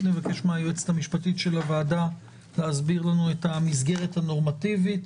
נבקש מהיועצת המשפטית של הוועדה להסביר לנו את המסגרת הנורמטיבית